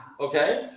okay